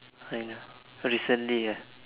I know recently ah